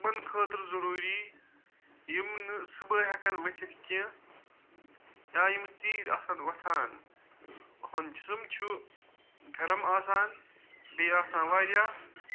تمن خٲطرٕ ضوٚروٗری یِم نہٕ صُبحٲے ہٮ۪کَن ؤتھِتھ کینٛہہ یا یِم ژیٖر آسَن وۄتھان یِہُنٛد جسم چھُ گرم آسان بیٚیہِ آسان واریاہ